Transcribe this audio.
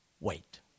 wait